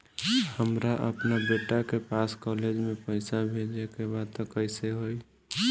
हमरा अपना बेटा के पास कॉलेज में पइसा बेजे के बा त कइसे होई?